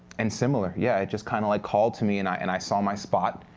and similar, yeah, it just kind of like called to me, and i and i saw my spot.